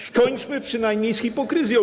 Skończmy przynajmniej z hipokryzją.